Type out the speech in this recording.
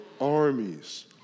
armies